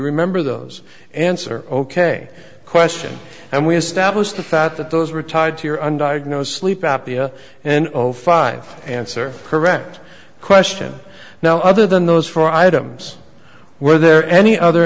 remember those answer ok question and we established the thought that those were tied to your undiagnosed sleep apnea and zero five answer correct question now other than those four items were there any other